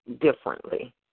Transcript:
differently